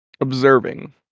observing